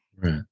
Right